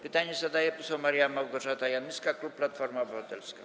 Pytanie zadaje poseł Maria Małgorzata Janyska, klub Platforma Obywatelska.